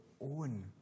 own